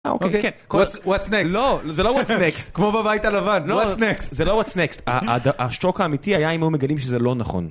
אה, אוקיי, כן. What's next? לא, זה לא What's next. כמו בבית הלבן. What's next? זה לא What's next. השוק האמיתי היה אם הוא מגלים שזה לא נכון.